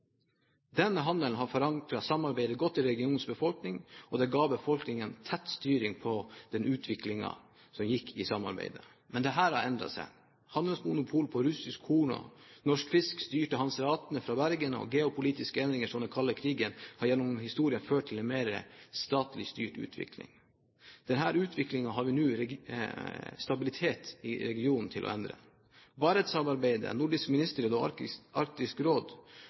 Denne handelen har forankret samarbeidet godt i regionens befolkning, og det ga befolkningen tett styring i utviklingen av samarbeidet. Men dette har endret seg. Handelsmonopol på russisk korn og norsk fisk, styrt av hanseatene fra Bergen, og geopolitiske endringer, som den kalde krigen, har gjennom historien ført til en mer statlig styrt utvikling. Denne utviklingen har vi nå stabilitet i regionen til å endre. Barentssamarbeidet, Nordisk ministerråd og Arktisk Råd